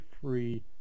free